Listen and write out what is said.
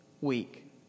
week